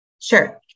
Sure